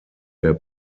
der